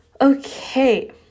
Okay